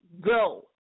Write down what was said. go